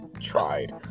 tried